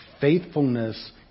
Faithfulness